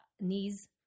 knees